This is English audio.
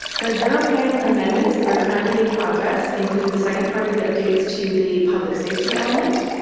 the general plan amendments that are currently in progress include the second part of the updates to the public safety element.